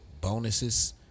bonuses